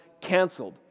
canceled